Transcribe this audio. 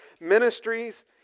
ministries